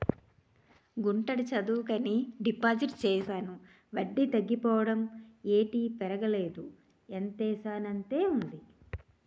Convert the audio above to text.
గుంటడి చదువుకని డిపాజిట్ చేశాను వడ్డీ తగ్గిపోవడం ఏటి పెరగలేదు ఎంతేసానంతే ఉంది